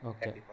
Okay